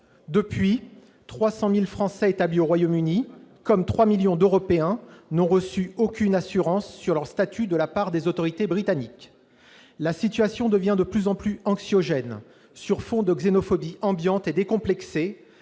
les 300 000 Français établis au Royaume-Uni, et au-delà les 3 millions d'Européens vivant outre-Manche, n'ont reçu aucune assurance sur leur statut de la part des autorités britanniques. La situation devient de plus en plus anxiogène, sur fond de xénophobie ambiante et décomplexée,